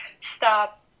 stop